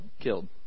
killed